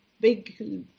big